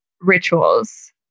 rituals